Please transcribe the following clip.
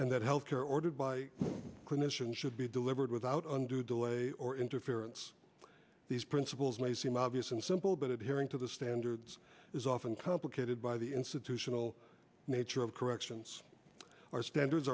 and that health care ordered by clinicians should be delivered without undue delay or interference by these principles may seem obvious and simple but it hearing to the standards is often complicated by the institutional nature of corrections our standards